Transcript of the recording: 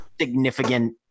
significant